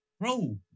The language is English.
bro